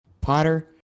Potter